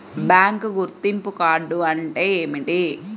Bank గుర్తింపు card అంటే ఏమిటి?